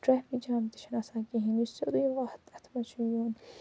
traffic jam تہِ چھُ نہٕ آسان کِہیٖنٛۍ یہِ چھِ سیوٚدُے وتھ اتھ مَنٛز چھُ یُن